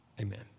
amen